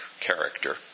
character